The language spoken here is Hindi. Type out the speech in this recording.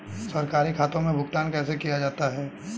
सरकारी खातों में भुगतान कैसे किया जाता है?